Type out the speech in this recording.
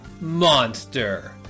monster